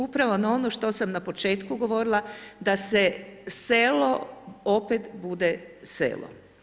Upravo na ono što sam na početku govorila da se selo opet bude selo.